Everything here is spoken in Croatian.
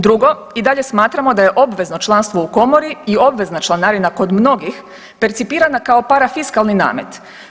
Drugo, i dalje smatramo da je obvezno članstvo u Komori i obvezna članarina kod mnogih percipirana kao parafiskalni namet.